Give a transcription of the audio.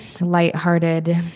lighthearted